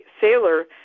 sailor